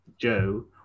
Joe